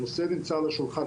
הנושא נמצא על השולחן,